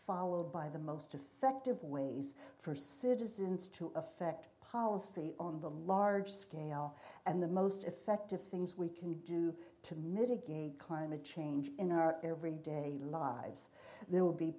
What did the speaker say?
followed by the most effective ways for citizens to affect policy on the large scale and the most effective things we can do to mitigate climate change in our everyday lives there will be